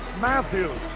matthews,